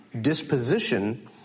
disposition